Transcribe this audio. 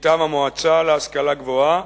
מטעם המועצה להשכלה גבוהה